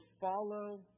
follow